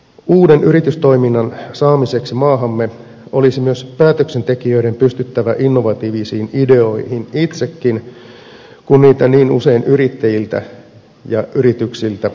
uuden yritystoiminnan saamiseksi maahamme olisi myös päätöksentekijöiden pystyttävä innovatiivisiin ideoihin itsekin kun niitä niin usein yrittäjiltä ja yrityksiltä vaadimme